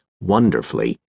wonderfully